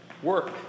Work